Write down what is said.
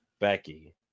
Becky